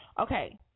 okay